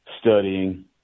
studying